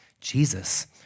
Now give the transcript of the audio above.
Jesus